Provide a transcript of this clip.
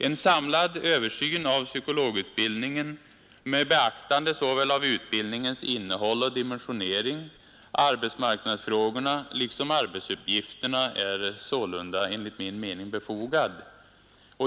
En samlad översyn av psykologutbildningen, med beaktande av utbildningens innehåll och dimensionering, arbetsmarknadsfrågorna liksom arbetsuppgifterna är sålunda befogad.